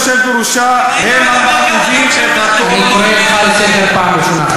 אני קורא אותך לסדר פעם ראשונה,